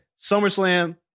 SummerSlam